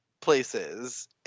places